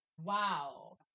Wow